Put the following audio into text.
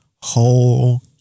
whole